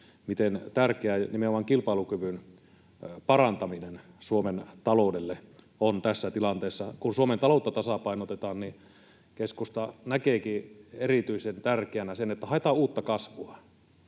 miten tärkeää nimenomaan kilpailukyvyn parantaminen Suomen taloudelle on tässä tilanteessa. Kun Suomen taloutta tasapainotetaan, niin keskusta näkeekin erityisen tärkeänä sen, että haetaan uutta kasvua.